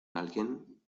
alguien